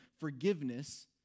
forgiveness